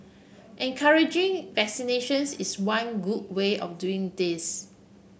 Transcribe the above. encouraging vaccinations is one good way of doing this